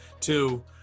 Two